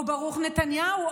או ברוך נתניהו,